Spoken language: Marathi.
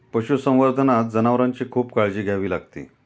पशुसंवर्धनात जनावरांची खूप काळजी घ्यावी लागते